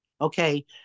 Okay